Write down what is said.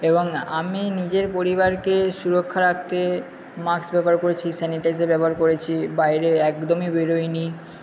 এবং আমি নিজের পরিবারকে সুরক্ষা রাখতে মাস্ক ব্যবহার করেছি স্যানিটাইজার ব্যবহার করেছি বাইরে একদমই বেরোই নি